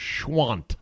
Schwant